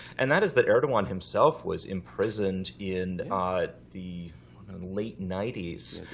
and that is that erdogan himself was imprisoned in the late ninety s.